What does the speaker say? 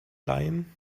leihen